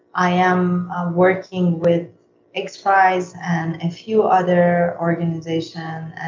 i am um working with x prize and a few other organization and